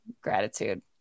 gratitude